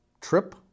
trip